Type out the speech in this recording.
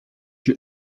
you